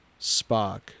Spock